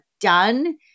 done